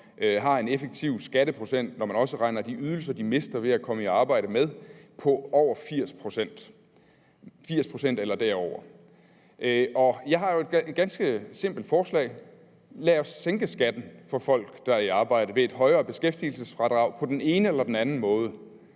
har en effektiv skatteprocent, når man også regner de ydelser, de mister ved at komme i arbejde, med, på over 80 pct. – 80 pct. eller derover. Og jeg har et ganske simpelt forslag: Lad os sænke skatten for folk, der er i arbejde, ved et højere beskæftigelsesfradrag på den ene eller den anden måde.